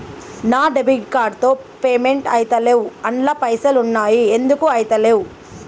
నా debit card తో payment ఐతలేవ్ అండ్ల పైసల్ ఉన్నయి ఎందుకు ఐతలేవ్?